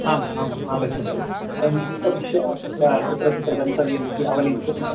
आम् आम् आगच्छन्तु वयम् उपविश्य तत्र कुत्र कुत्र गन्तव्यम् इति आवलिं कुर्मः